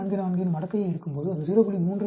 44 ன் மடக்கையை எடுக்கும்போது அது 0